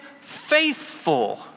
faithful